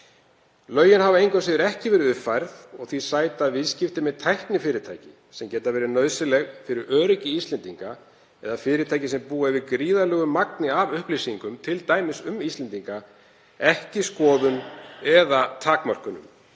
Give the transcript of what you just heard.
Lögin hafa engu að síður ekki verið uppfærð. Því sæta viðskipti með tæknifyrirtæki sem geta verið nauðsynleg fyrir öryggi Íslendinga eða fyrirtæki sem búa yfir gríðarlegu magni af upplýsingum, t.d. um Íslendinga, ekki skoðun eða takmörkunum.